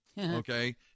Okay